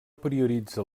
prioritza